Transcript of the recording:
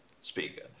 speaker